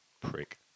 Prick